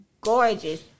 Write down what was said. gorgeous